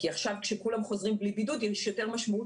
כי עכשיו כשכולם חוזרים בלי בידוד יש יותר משמעות